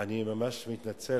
אני ממש מתנצל.